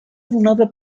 donada